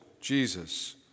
Jesus